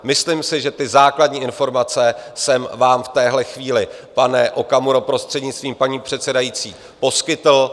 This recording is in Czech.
Myslím si, že ty základní informace jsem vám v téhle chvíli, pane Okamuro, prostřednictvím paní předsedající, poskytl.